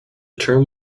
term